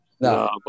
No